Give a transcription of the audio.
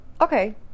Okay